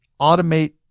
automate